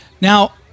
Now